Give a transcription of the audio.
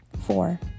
four